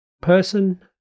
person